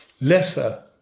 lesser